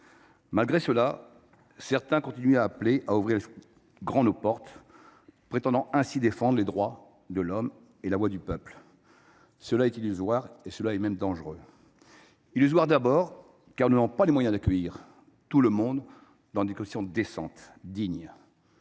Malgré cela, certains continuent d’appeler à ouvrir grand nos portes, prétendant ainsi défendre les droits de l’homme et la voix du peuple. C’est illusoire et même dangereux. C’est illusoire, d’abord, car nous n’avons pas les moyens d’accueillir tout le monde dans des conditions décentes et dignes.